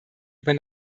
über